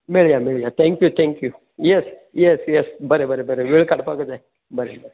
मेळया मेळया thank you thank you yes yes yes बरें बरें बरें वेळ काडपाक जाय बरें